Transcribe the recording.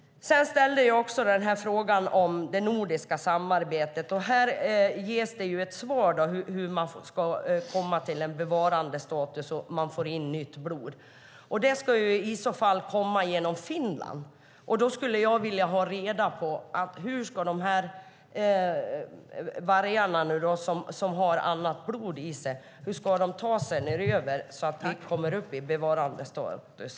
Jag ställde också en fråga om det nordiska samarbetet. I svaret sägs hur man ska komma till bevarandestatus och få in nytt blod. Det ska komma genom Finland. Hur ska dessa vargar med annat blod i sig ta sig hit så att vi kommer till bevarandestatus?